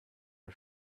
are